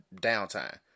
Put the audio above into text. downtime